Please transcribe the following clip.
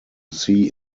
see